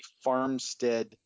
farmstead